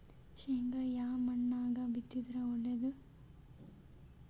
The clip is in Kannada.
ಶೇಂಗಾ ಯಾ ಮಣ್ಣಾಗ ಬಿತ್ತಿದರ ಒಳ್ಳೇದು?